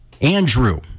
Andrew